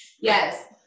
Yes